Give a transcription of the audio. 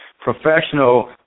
professional